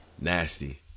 nasty